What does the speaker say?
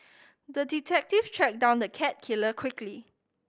the detective tracked down the cat killer quickly